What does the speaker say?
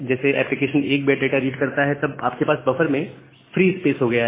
जैसे ही application 1 byte data read करता है तब आपके पास बफर में फ्री स्पेस हो गया है